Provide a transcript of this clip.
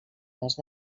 les